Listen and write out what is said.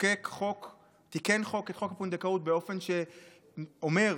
תיקן חוק, חוק הפונדקאות, באופן שאומר